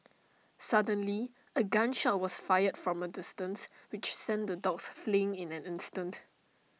suddenly A gun shot was fired from A distance which sent the dogs fleeing in an instant